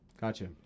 gotcha